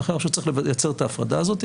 לכן אני חושב שצריך לייצר את ההפרדה הזאת.